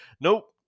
Nope